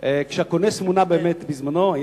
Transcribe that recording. כשהכונס מונה בזמנו,